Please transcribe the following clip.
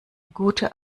gute